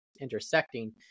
intersecting